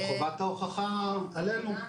וחובת ההוכחה עלינו.